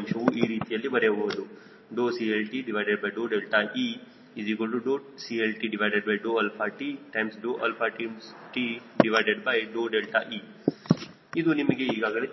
ಅಂಶವು ಈ ರೀತಿಯಲ್ಲಿ ಬರೆಯಬಹುದು CLteCLttte ಇದು ನಿಮಗೆ ಈಗಾಗಲೇ ತಿಳಿದಿದೆ